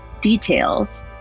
details